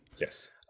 Yes